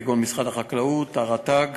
כגון משרד החקלאות והרט"ג,